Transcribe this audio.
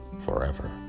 forever